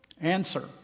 Answer